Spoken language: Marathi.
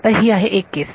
तर ही आहे एक केस